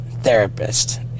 Therapist